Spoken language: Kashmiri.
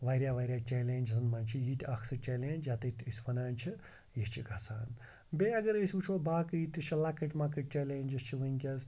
واریاہ واریاہ چلینٛجزَن منٛز چھِ یہِ تہِ اَکھ سُہ چلینٛج یتٕت أسۍ وَنان چھِ یہِ چھِ گژھان بیٚیہِ اگر أسۍ وٕچھو باقٕے تہِ چھِ لَکٕٹۍ مَکٕٹۍ چلینٛجٕس چھِ وٕنکٮ۪س